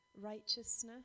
righteousness